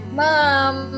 mom